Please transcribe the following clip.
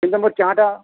ଏନ୍ତା ମୋର୍ ଚାହାଟା